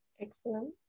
Excellent